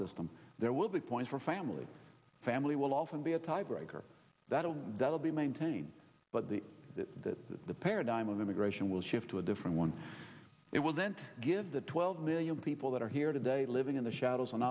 system there will be points for family family will often be a tiebreaker that don't that'll be maintained but the that the paradigm of immigration will shift to a different one it will then give the twelve million people that are here today living in the shadows an